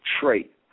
trait